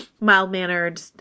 mild-mannered